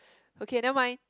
okay never mind